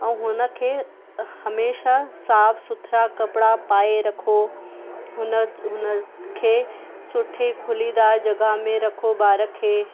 ऐं हुन खे हमेशह साफ़ु सुथिरा कपिड़ा पाए रखो हुन हुन खे सुठी खुलीदार जॻहि में रखो ॿार खे